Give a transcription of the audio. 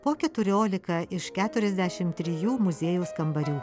po keturiolika iš keturiasdešimt trijų muziejaus kambarių